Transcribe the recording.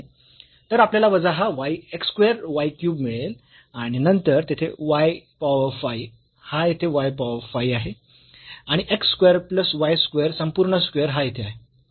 तर आपल्याला वजा हा x स्क्वेअर y क्यूब मिळेल आणि नंतर येते y पॉवर 5 हा येथे y पॉवर 5 आहे आणि x square plus y square संपूर्ण स्क्वेअर हा येथे आहे